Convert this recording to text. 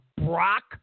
Brock